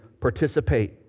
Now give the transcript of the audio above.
participate